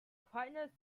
quietness